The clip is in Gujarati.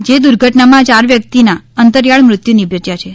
જે દુર્ઘટનામાં ચાર વ્યક્તિના અંતરિયાળ મૃત્યુ નિપજ્યા છે